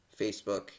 Facebook